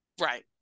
Right